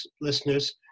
listeners